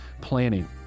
planning